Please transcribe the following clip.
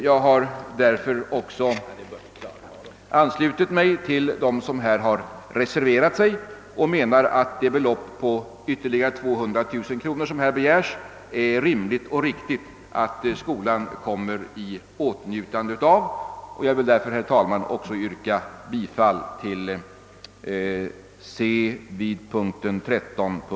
Jag har därför också anslutit mig till dem som reserverat sig på denna punkt och som menar att det begärda beloppet på ytterligare 200 000 kronor är rimligt. Jag yrkar bifall till reservationerna C 1 och C 3 a.